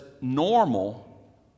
normal